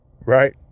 Right